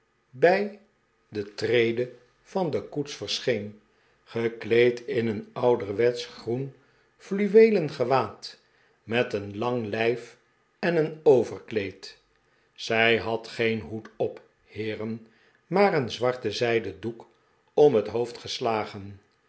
bij de trede van de koets verscheen gekleed in een ouderwetsch gr'oen fluweelen gewaad met een lang lijfen een overkleed zij had geen hoed op heeren maar een zwart zijden doek om het hoofd geslagen